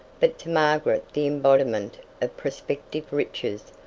but to margaret the embodiment of prospective riches,